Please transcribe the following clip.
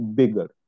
bigger